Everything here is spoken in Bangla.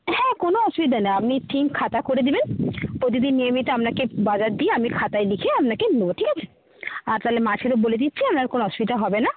হ্যাঁ কোনো অসুবিধা নেই আপনি খাতা করে দেবেন প্রতিদিন নিয়মিত আপনাকে বাজার দিয়ে আমি খাতায় লিখে আপনাকে দেবো ঠিক আছে আর তাহলে মাছেরও বলে দিচ্ছি আপনার কোনো অসুবিধা হবে না